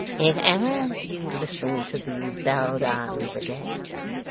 if ever you listen to these beldames again,